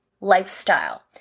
lifestyle